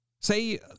Say